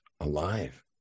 alive